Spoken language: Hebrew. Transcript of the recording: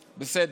בסדר.